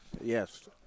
Yes